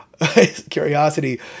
curiosity